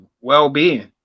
well-being